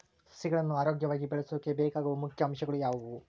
ಸಸಿಗಳನ್ನು ಆರೋಗ್ಯವಾಗಿ ಬೆಳಸೊಕೆ ಬೇಕಾಗುವ ಮುಖ್ಯ ಅಂಶಗಳು ಯಾವವು?